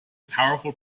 powerful